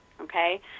okay